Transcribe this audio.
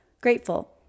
grateful